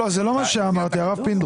לא, זה לא מה שאמרתי, הרב פינדרוס.